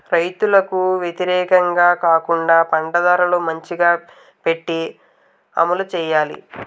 రైతులకు వ్యతిరేకంగా కాకుండా పంట ధరలు మంచిగా పెట్టి అమలు చేయాలి